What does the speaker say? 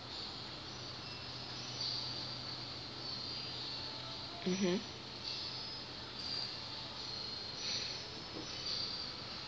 mmhmm